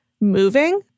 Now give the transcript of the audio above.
moving